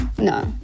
No